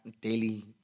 daily